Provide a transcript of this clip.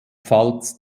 pfalz